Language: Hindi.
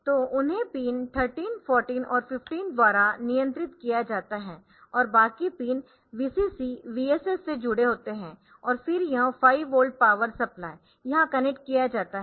तो उन्हें पिन 13 14 और 15 द्वारा नियंत्रित किया जाता है और बाकी पिन VCC VSS से जुड़े होते है और फिर यह 5 वोल्ट पावर सप्लाई यहां कनेक्ट किया गया है